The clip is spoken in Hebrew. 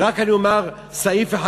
ורק אני אומר סעיף אחד,